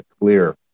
clear